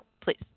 please